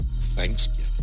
Thanksgiving